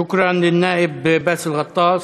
שוכראן, אל-נאאב באסל גטאס.